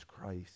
Christ